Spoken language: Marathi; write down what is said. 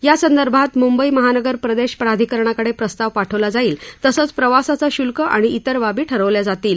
यासंदर्भात मुंबई महानगर प्रदेश प्राधिकरणाकडे प्रस्ताव पाठवला जाईल तसंच प्रवासाचं शुल्क आणि त्विर बाबी ठरवल्या जातील